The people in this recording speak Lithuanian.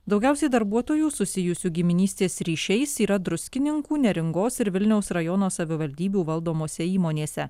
daugiausiai darbuotojų susijusių giminystės ryšiais yra druskininkų neringos ir vilniaus rajono savivaldybių valdomose įmonėse